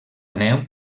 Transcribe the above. neu